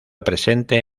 presente